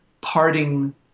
parting